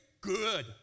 good